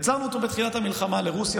יצרנו אותו בתחילת המלחמה לרוסיה,